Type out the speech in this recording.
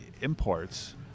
imports